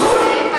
נכון, נו, מה?